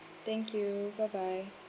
thank you bye bye